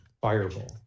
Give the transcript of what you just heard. fireball